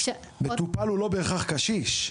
מטופל הוא לא בהכרח קשיש.